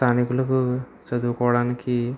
స్థానికులకు చదువుకోడానికి